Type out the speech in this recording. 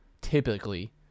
typically